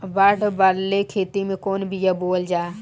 बाड़ वाले खेते मे कवन बिया बोआल जा?